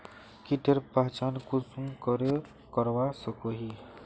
कीटेर पहचान कुंसम करे करवा सको ही?